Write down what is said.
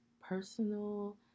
personal